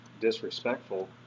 disrespectful